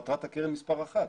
מטרת הקרן מספר אחת.